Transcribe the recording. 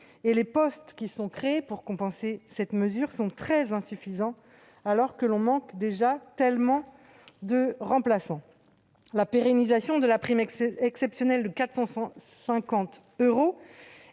Les postes qui sont créés pour compenser cette mesure sont très insuffisants, alors que l'on manque déjà tellement de remplaçants. La pérennisation de la prime exceptionnelle de 450 euros